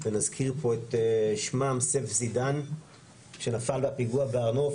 איך נוכל לבוא בטענות לאיזושהי מדינה בחוץ לארץ על זה שהיא אנטישמית?